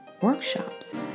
workshops